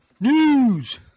news